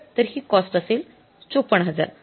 तर हि कॉस्ट असेल ५४०००